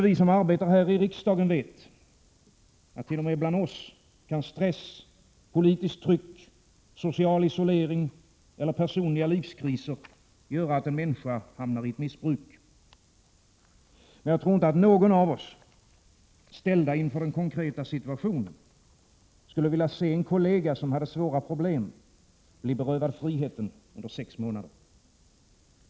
Vi som arbetar här i riksdagen vet att t.o.m. bland oss stress, politiskt tryck, social isolering eller personliga livskriser göra att en människa hamnar i ett missbruk. Men jag tror inte att någon av oss — ställd inför den konkreta situationen — skulle vilja se en kollega, som hade svåra problem, bli berövad friheten under sex månader.